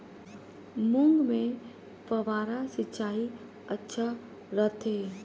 मूंग मे फव्वारा सिंचाई अच्छा रथे?